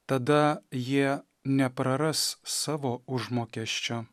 tada jie nepraras savo užmokesčio